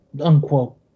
unquote